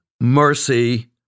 mercy